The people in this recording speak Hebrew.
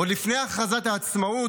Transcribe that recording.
עוד לפני הכרזת העצמאות,